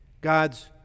God's